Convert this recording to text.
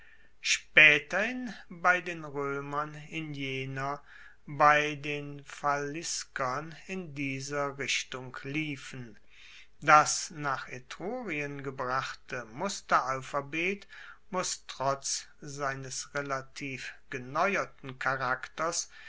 spaeterhin bei den roemern in jener bei den faliskern in dieser richtung liefen das nach etrurien gebrachte musteralphabet muss trotz seines relativ geneuerten charakters